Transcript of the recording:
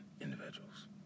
individuals